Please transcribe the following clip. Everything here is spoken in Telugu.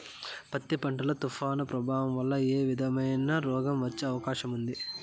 పత్తి పంట లో, తుఫాను ప్రభావం వల్ల ఏ విధమైన రోగం వచ్చే అవకాశం ఉంటుంది?